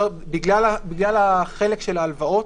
בגלל החלק של ההלוואות,